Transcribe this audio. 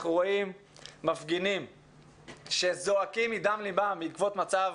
אנחנו רואים מפגינים שזועקים מדם ליבם בעקבות המצב